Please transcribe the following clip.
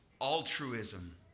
altruism